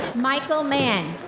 michael mann.